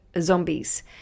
zombies